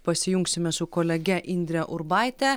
pasijungsime su kolege indre urbaite